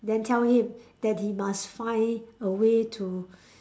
then tell him that he must find a way to